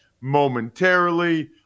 momentarily